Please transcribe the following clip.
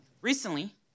Recently